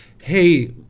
Hey